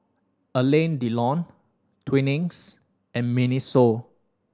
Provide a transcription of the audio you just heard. Alain Delon Twinings and MINISO